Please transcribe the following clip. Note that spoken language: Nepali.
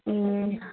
ए